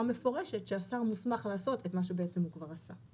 מפורשת שהשר מוסמך לעשות את מה שהוא כבר עשה.